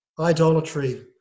idolatry